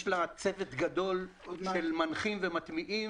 יש לה צוות גדול של מנחים ומטמיעים